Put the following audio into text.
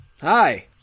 Hi